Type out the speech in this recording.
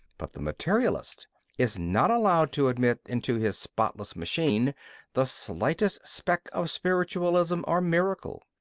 but the materialist is not allowed to admit into his spotless machine the slightest speck of spiritualism or miracle.